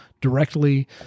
directly